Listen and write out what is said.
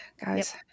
guys